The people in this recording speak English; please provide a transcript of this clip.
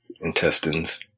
intestines